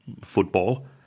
football